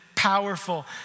powerful